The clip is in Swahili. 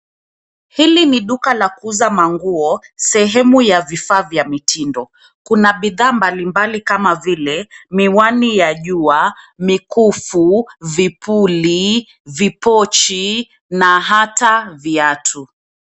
Hili ni duka la kuuza manguo, sehemu ya vifaa vya mitindo. Kuna bidhaa mbalimbali kama vile miwani ya jua, mikufu, vipuli, vipochi na hata viatu.